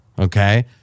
Okay